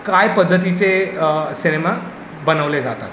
काय पद्धतीचे सिनेमा बनवले जातात